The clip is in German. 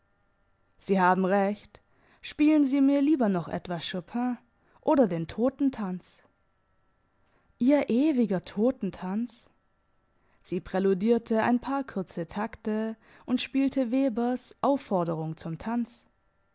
sie haben recht spielen sie mir lieber noch etwas chopin oder den totentanz ihr ewiger totentanz sie präludierte ein paar kurze takte und spielte webers aufforderung zum tanz